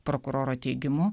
prokuroro teigimu